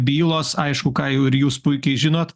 bylos aišku ką jau ir jūs puikiai žinot